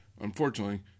Unfortunately